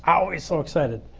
always so excited.